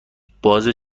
بازه